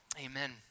amen